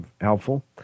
helpful